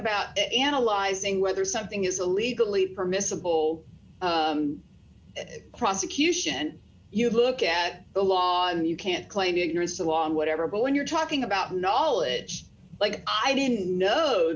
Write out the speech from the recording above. about analyzing whether something is a legally permissible prosecution you look at the law and you can't claim ignorance along whatever but when you're talking about knowledge like i didn't know